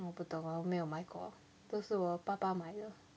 我不懂我没有买过都是我爸爸买的